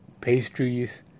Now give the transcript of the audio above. pastries